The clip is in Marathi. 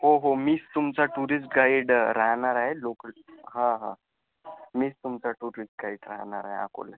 हो हो मीच तुमचा टुरिस्ट गाईड राहणार आहे लोकल हां हां मीच तुमचा टुरिस्ट गाईड राहनार आहे अकोल्यासाठी